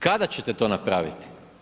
Kada ćete to napraviti?